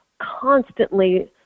constantly